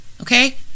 okay